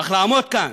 אך לעמוד כאן